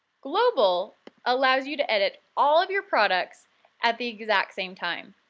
global allows you to edit all of your products at the exact same time.